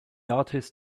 artist